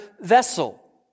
vessel